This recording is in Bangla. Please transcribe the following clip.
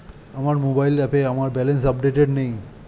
আমার মোবাইল অ্যাপে আমার ব্যালেন্স আপডেটেড নেই